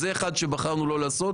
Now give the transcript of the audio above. זה דבר אחד שבחרנו לא לעשות.